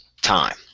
time